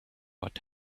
what